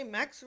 Max